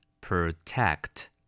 Protect